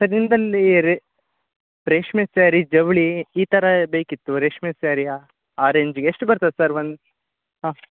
sir ನಿಮ್ಮಲ್ಲೀ ರೇಷ್ಮೆ sari ಜವಳಿ ಈ ಥರ ಬೇಕಿತ್ತು ರೇಷ್ಮೆ ಸ್ಯಾರಿಯಾ ಆರೆಂಜ್ಗೆ ಎಷ್ಟು ಬರ್ತದೆ ಸರ್ ಒಂದು ಹಾಂ